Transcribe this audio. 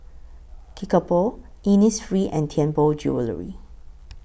Kickapoo Innisfree and Tianpo Jewellery